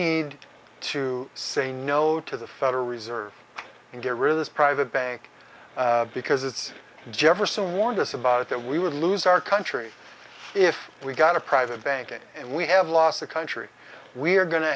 need to say no to the federal reserve and get rid of this private bank because it's jefferson warned us about it that we would lose our country if we got a private banking and we have lost the country we're go